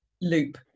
loop